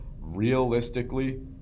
Realistically